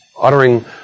uttering